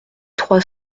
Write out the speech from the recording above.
trois